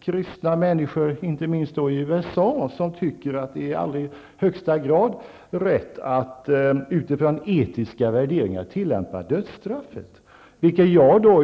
kristna människor, inte minst i USA, som tycker att det är i allra högsta grad rätt att utifrån etiska värderingar tillämpa dödsstraff.